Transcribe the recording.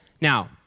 Now